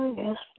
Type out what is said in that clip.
yes